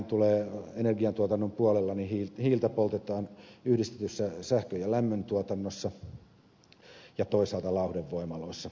meillähän energiantuotannon puolella hiiltä poltetaan yhdistetyssä sähkön ja lämmöntuotannossa ja toisaalta lauhdevoimaloissa